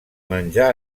menjar